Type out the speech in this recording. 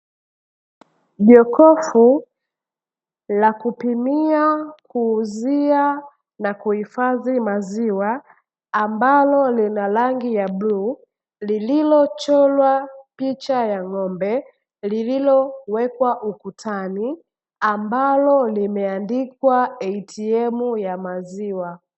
Jokofu la kupimia, kuuzia na kuhifadhi maziwa, ambalo lina rangi ya bluu, lililochorwa picha ya ng'ombe, lililowekwa ukutani, ambalo limeandikwa "ATM" ya maziwa.